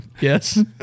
Yes